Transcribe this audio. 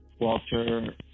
Walter